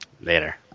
Later